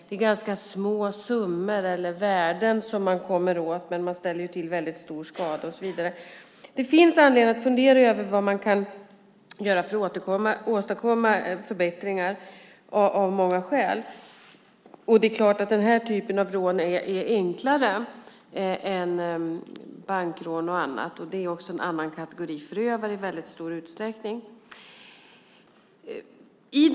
Det är ganska små summor eller värden som man kommer åt, men man ställer ju till väldigt stor skada. Det finns många skäl att fundera över vad man kan göra för att åstadkomma förbättringar. Det är klart att den här typen av rån är enklare att utföra än bankrån och annat. Det är också en annan kategori förövare i väldigt stor utsträckning.